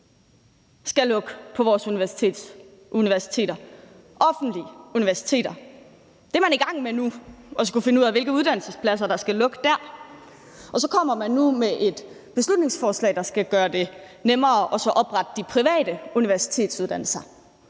universiteter, vores offentlige universiteter. Det er man i gang med nu, altså at skulle finde ud af, hvilke uddannelsespladser der skal lukkes, og så kommer LA nu med et beslutningsforslag, der skal gøre det nemmere at oprette de private universitetsuddannelser.